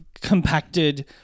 compacted